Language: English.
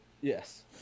Yes